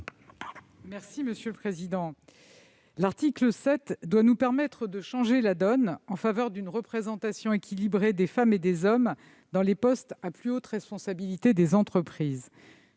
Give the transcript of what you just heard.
est à Mme la ministre. L'article 7 doit nous permettre de changer la donne en faveur d'une représentation équilibrée des femmes et des hommes parmi les titulaires des postes à plus haute responsabilité des entreprises.